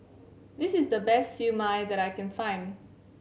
this is the best Siew Mai that I can find